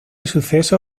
suceso